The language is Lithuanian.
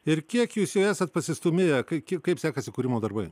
ir kiek jūs jau esat pasistūmėję kai kaip sekasi kūrimo darbai